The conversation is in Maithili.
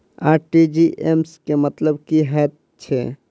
आर.टी.जी.एस केँ मतलब की हएत छै?